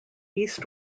east